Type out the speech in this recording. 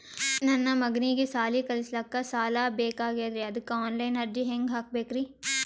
ನನ್ನ ಮಗನಿಗಿ ಸಾಲಿ ಕಲಿಲಕ್ಕ ಸಾಲ ಬೇಕಾಗ್ಯದ್ರಿ ಅದಕ್ಕ ಆನ್ ಲೈನ್ ಅರ್ಜಿ ಹೆಂಗ ಹಾಕಬೇಕ್ರಿ?